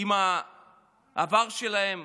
עם העבר שלהם,